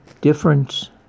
difference